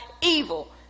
evil